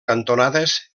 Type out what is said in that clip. cantonades